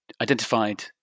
identified